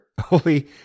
holy